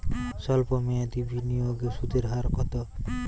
সল্প মেয়াদি বিনিয়োগে সুদের হার কত?